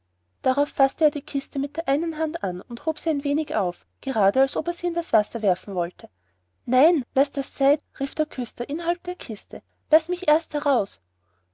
darauf faßte er die kiste mit der einen hand an und hob sie ein wenig auf gerade als ob er sie in das wasser werfen wollte nein laß das sein rief der küster innerhalb der kiste laß mich erst heraus